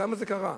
למה זה קרה,